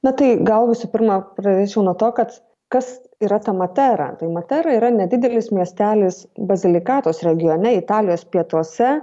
na tai gal visų pirma pradėčiau nuo to kad kas yra ta matera tai matera yra nedidelis miestelis bazilikatos regione italijos pietuose